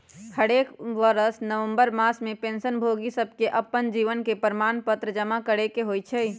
हरेक बरस नवंबर मास में पेंशन भोगि सभके अप्पन जीवन प्रमाण पत्र जमा करेके होइ छइ